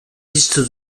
piste